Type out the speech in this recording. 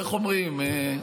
איך אומרים,